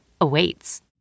awaits